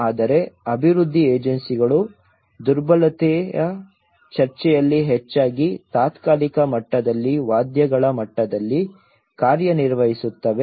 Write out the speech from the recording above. ಆದರೆ ಅಭಿವೃದ್ಧಿ ಏಜೆನ್ಸಿಗಳು ದುರ್ಬಲತೆಯ ಚರ್ಚೆಯಲ್ಲಿ ಹೆಚ್ಚಾಗಿ ತಾತ್ಕಾಲಿಕ ಮಟ್ಟದಲ್ಲಿ ವಾದ್ಯಗಳ ಮಟ್ಟದಲ್ಲಿ ಕಾರ್ಯನಿರ್ವಹಿಸುತ್ತವೆ